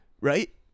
Right